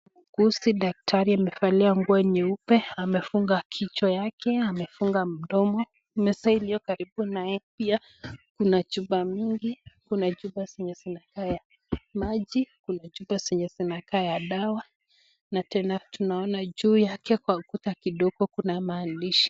Muuguzi daktari amevalia nguo nyeupe, amefunga kichwa yake, amefunga mdomo. Meza iliyo karibu na yeye pia kuna chupa mingi, kuna chupa zenye zinakaa ya maji, kuna chupa zenye zinakaa ya dawa na tena tunaona juu yake kwa ukuta kidogo kuna maandishi.